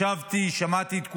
ישבתי, שמעתי את כולם,